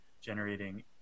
generating